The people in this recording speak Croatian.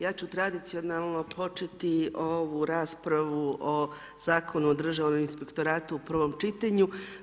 Ja ću tradicionalno početi ovu raspravu o Zakonu o Državnom inspektoratu u prvom čitanju.